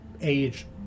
age